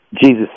Jesus